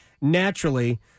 naturally